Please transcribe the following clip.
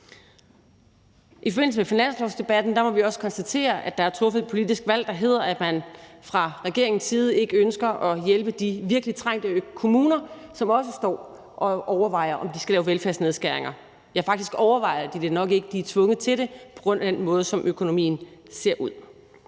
I forbindelse med finanslovsdebatten må vi også konstatere, at der er truffet et politisk valg, der drejer sig om, at man fra regeringens side ikke ønsker at hjælpe de virkelig trængte kommuner, som også står og overvejer, om de skal lave velfærdsnedskæringer – ja, faktisk overvejer de det nok ikke; de er tvunget til det på grund af den måde, som økonomien ser ud